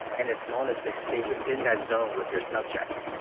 and as long as they stay within that zone with their subjects,